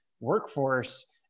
workforce